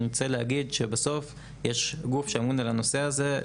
אני רוצה להגיד שבסוף יש גוף שאמון על הנושא הזה.